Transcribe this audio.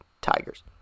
Tigers